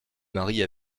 marie